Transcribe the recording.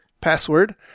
password